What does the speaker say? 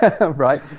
Right